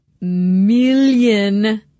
million